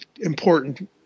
important